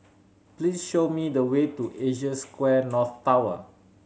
please show me the way to Asia Square North Tower